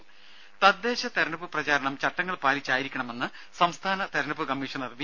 രും തദ്ദേശ തെരഞ്ഞെടുപ്പ് പ്രചാരണം ചട്ടങ്ങൾ പാലിച്ചായിരിക്കണമെന്ന് സംസ്ഥാന തെരഞ്ഞെടുപ്പ് കമ്മീഷണർ വി